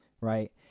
right